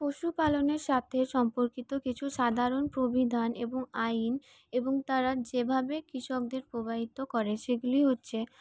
পশুপালনের সঙ্গে সম্পর্কিত কিছু সাধারণ প্রবিধান এবং আইন এবং তারা যেভাবে কৃষকদের প্রভাবিত করে সেগুলি হচ্ছে